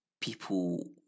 people